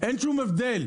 אין שום הבדל.